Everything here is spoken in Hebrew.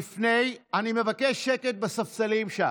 אני מבקש שקט בספסלים שם.